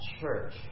church